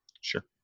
Sure